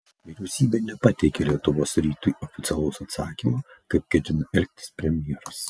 vyriausybė nepateikė lietuvos rytui oficialaus atsakymo kaip ketina elgtis premjeras